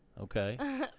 Okay